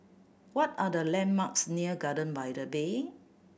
what are the landmarks near Garden by the Bay